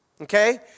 Okay